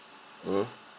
mm